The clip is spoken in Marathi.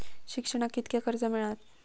शिक्षणाक कीतक्या कर्ज मिलात?